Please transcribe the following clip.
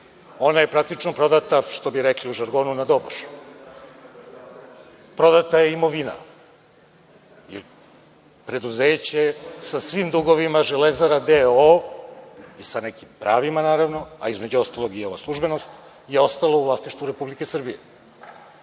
ona je praktično prodata, što bi rekli u žargonu, na doboš. Prodata je imovina, preduzeće sa svim dugovima „Železara“ d.o.o. i sa nekim pravima, naravno, a između ostalog i ova službenost je ostala u vlasništvu Republike Srbije.